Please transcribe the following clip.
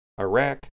iraq